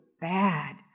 bad